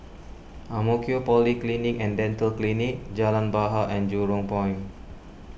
Ang Mo Kio Polyclinic and Dental Clinic Jalan Bahar and Jurong Point